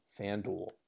FanDuel